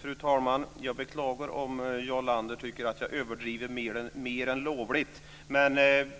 Fru talman! Jag beklagar om Jarl Lander tycker att jag mer än lovligt överdriver.